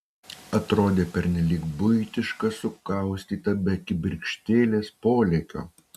atrodė pernelyg buitiška sukaustyta be kibirkštėlės polėkio